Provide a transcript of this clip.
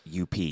UP